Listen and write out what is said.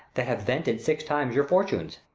that have vented six times your fortunes?